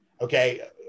Okay